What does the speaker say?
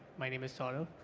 my name is saru,